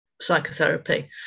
psychotherapy